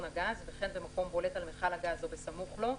הגז וכן במקום בולט על מכל הגז או בסמוך לו,